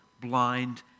blind